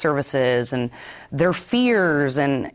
services and their fears and